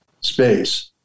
space